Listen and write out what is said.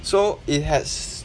so it has